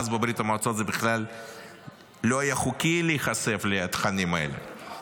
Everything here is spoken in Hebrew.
אז בברית המועצות זה בכלל לא היה חוקי להיחשף לתכנים האלה.